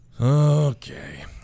Okay